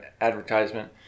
advertisement